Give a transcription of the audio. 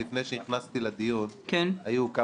כי אני יכול לומר לך שלפני שנכנסתי לדיון היו כמה